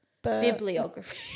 bibliography